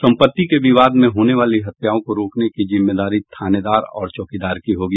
संपत्ति के विवाद में होने वाली हत्याओं को रोकने की जिम्मेदारी थानेदार और चौकीदार की होगी